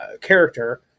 character